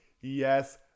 yes